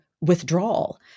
withdrawal